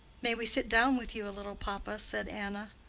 may we sit down with you a little, papa? said anna.